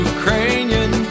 Ukrainian